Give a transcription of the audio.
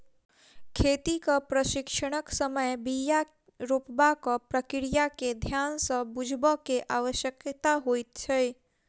खेतीक प्रशिक्षणक समय बीया रोपबाक प्रक्रिया के ध्यान सँ बुझबअ के आवश्यकता होइत छै